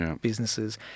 businesses